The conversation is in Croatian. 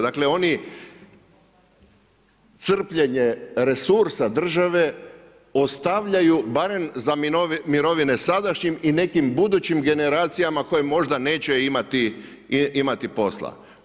Dakle oni crpljenje resursa države ostavljaju barem za mirovine sadašnjim i nekim budućim generacijama koje možda neće imati posla.